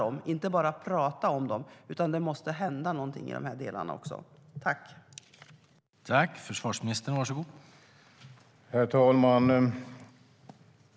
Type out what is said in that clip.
Vi ska inte bara prata om dem utan se till att det händer någonting.